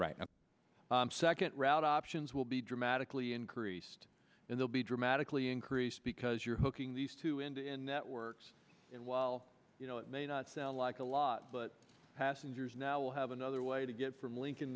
a second route options will be dramatically increased and they'll be dramatically increased because you're hooking these two and in networks and well you know it may not sound like a lot but passengers now will have another way to get from lincoln